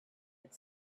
had